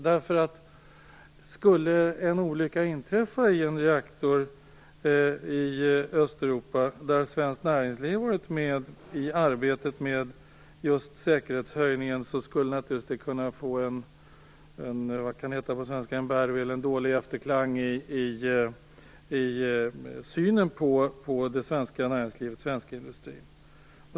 Skulle det inträffa en olycka i en reaktor i Östeuropa där svenskt näringsliv har varit med i arbetet med säkerhetshöjningen skulle det naturligtvis kunna ge ett dåligt resultat i synen på den svenska industrin.